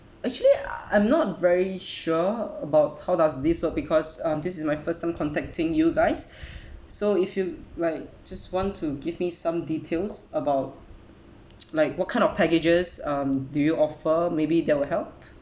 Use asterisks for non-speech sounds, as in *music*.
actually I'm not very sure about how does this work because um this is my first time contacting you guys *breath* so if you like just want to give me some details about *noise* like what kind of packages um do you offer maybe that will help